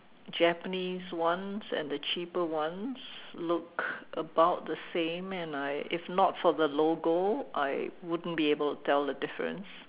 Japanese ones and the cheaper ones look about the same and I if not for the logo I wouldn't be able to tell the difference